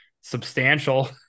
substantial